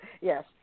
Yes